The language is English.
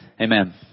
Amen